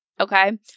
Okay